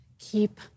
keep